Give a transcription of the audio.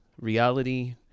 reality